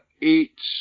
eats